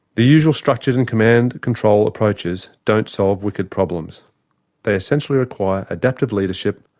the usual structured and command control approaches don't solve wicked problems they essentially require adaptive leadership,